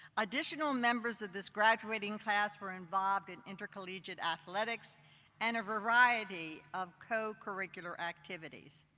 additional members of this graduating class were involved in intercollegiate athletics and a variety of co-curricular activities.